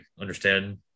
understand